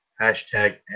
Hashtag